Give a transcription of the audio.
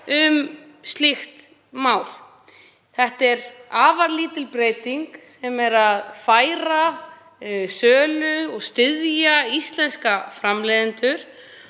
um málið. Þetta er afar lítil breyting um að færa sölu og styðja íslenska framleiðendur.